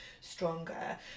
stronger